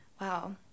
Wow